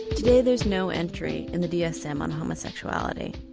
today there's no entry in the dsm on homosexuality,